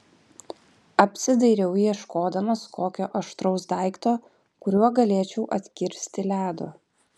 apsidairiau ieškodamas kokio aštraus daikto kuriuo galėčiau atkirsti ledo